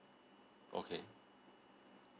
okay